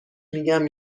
میگم